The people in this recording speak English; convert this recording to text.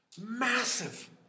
massive